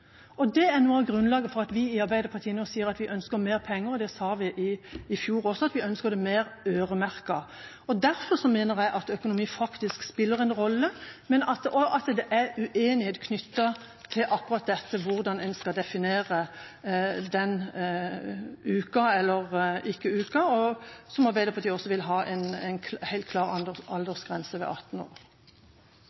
Det er noe av grunnlaget for at vi i Arbeiderpartiet nå sier at vi ønsker mer penger, og det sa vi også i fjor, at vi ønsker det mer øremerket. Derfor mener jeg at økonomi faktisk spiller en rolle, og at det er uenighet knyttet til akkurat dette, hvordan en skal definere ukene. Arbeiderpartiet vil også ha en helt klar aldersgrense ved 18 år. Flere har ikke